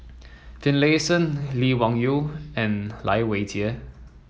Finlayson Lee Wung Yew and Lai Weijie